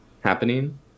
happening